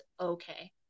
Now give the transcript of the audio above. okay